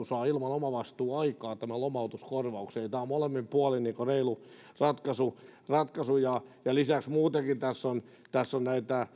saa ilman omavastuuaikaa lomautuskorvauksen eli tämä on molemmin puolin reilu ratkaisu lisäksi muutenkin tässä on